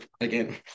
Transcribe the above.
again